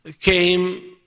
came